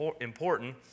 important